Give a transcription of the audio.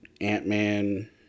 Ant-Man